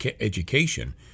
education